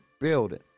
building